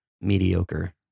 mediocre